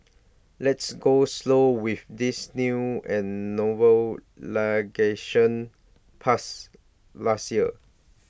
let's go slow with this new and novel passed last year